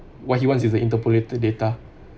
what he wants is the interpolated data